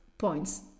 points